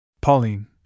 Pauline